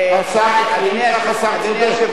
אדוני היושב-ראש,